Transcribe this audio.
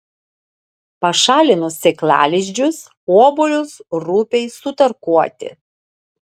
pašalinus sėklalizdžius obuolius rupiai sutarkuoti